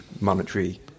monetary